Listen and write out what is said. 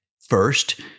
First